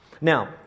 Now